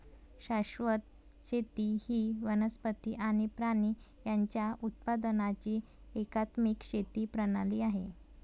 शाश्वत शेती ही वनस्पती आणि प्राणी यांच्या उत्पादनाची एकात्मिक शेती प्रणाली आहे